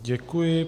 Děkuji.